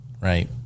right